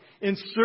Insert